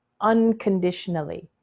unconditionally